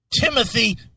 Timothy